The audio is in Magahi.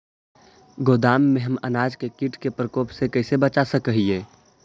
गोदाम में हम अनाज के किट के प्रकोप से कैसे बचा सक हिय?